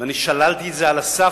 ואני שללתי את זה על הסף,